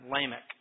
Lamech